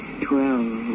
Twelve